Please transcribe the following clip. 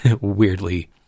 weirdly